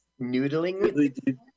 noodling